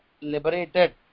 liberated